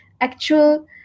actual